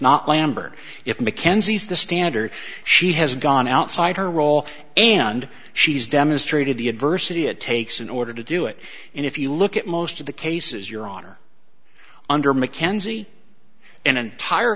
not lambert if mackenzie's the standard she has gone outside her role and she's demonstrated the adversity it takes in order to do it and if you look at most of the cases your honor under mckenzie an entire